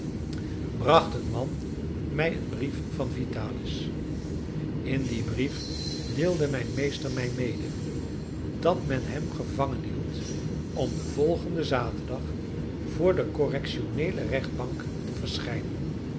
een man mij een brief van vitalis in dien brief deelde mijn meester mij mede dat men hem gevangen hield om den volgenden zaterdag voor de correctioneele rechtbank te verschijnen